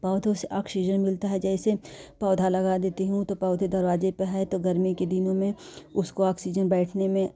पौधे से ऑक्सीजन मिलता है जैसे पौधा लगा देती हूँ तो पौधे दरवाज़े पर है तो गर्मी के दिनों में उसको ऑक्सीजन बैठने में